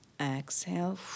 Exhale